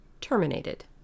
terminated